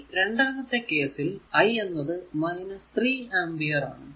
ഈ രണ്ടാമത്തെ കേസിൽ I എന്നത് 3 ആമ്പിയർ ആണ്